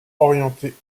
orientée